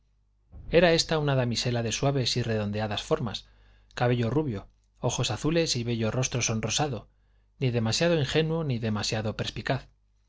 era ésta una damisela de suaves y redondeadas formas cabello rubio ojos azules y bello rostro sonrosado ni demasiado ingenuo ni demasiado perspicaz